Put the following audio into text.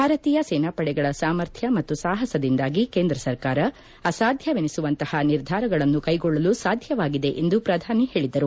ಭಾರತೀಯ ಸೇನಾಪಡೆಗಳ ಸಾಮರ್ಥ್ವ ಮತ್ತು ಸಾಹಸದಿಂದಾಗಿ ಕೇಂದ್ರ ಸರ್ಕಾರ ಅಸಾಧ್ವವೆನಿಸುವಂತಹ ನಿರ್ಧಾರಗಳನ್ನು ಕೈಗೊಳ್ಳಲು ಸಾಧ್ಯವಾಗಿದೆ ಎಂದು ಪ್ರಧಾನಿ ಹೇಳಿದರು